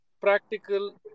practical